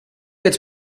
its